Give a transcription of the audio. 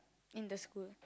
in the school